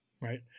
right